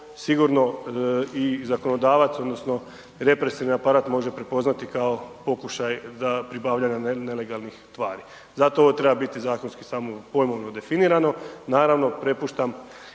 sigurno i zakonodavac, odnosno, represivni aparat može prepoznati kao pokušaj pribavljanja nelegalnih tvari. Zato ovo treba biti zakonski samo pojmovno definirano. Naravno prepuštam